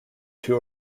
two